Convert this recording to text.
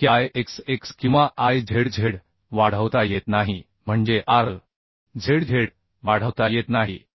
की I x x किंवा I z z वाढवता येत नाही म्हणजे R z z वाढवता येत नाही